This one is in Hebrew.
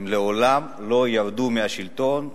היא מעולם לא ירדה מהשלטון,